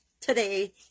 today